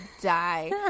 die